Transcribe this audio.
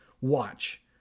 Watch